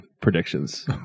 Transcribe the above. predictions